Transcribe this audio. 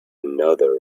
another